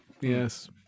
Yes